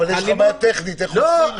אבל יש לך בעיה טכנית איך אוכפים את זה.